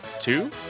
two